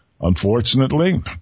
Unfortunately